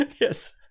Yes